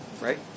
right